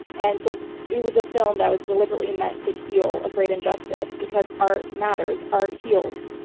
and so it was a film that was deliberately meant to heal a great and justice because art matters, art heals.